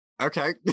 Okay